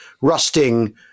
rusting